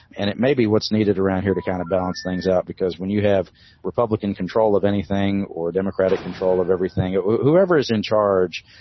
and it may be what's needed around here to kind of balance things out, because when you have republican control of anything or democratic control of everything or whoever is in charge,